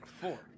Four